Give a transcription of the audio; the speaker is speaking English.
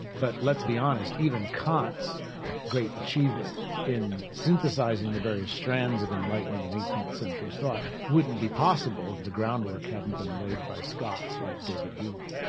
but let's be honest, even kant's great achievement in synthesising the various strands of enlightenment in eighteenth century though, wouldn't be possible if the groundwork hadn't been laid by scots like david hume.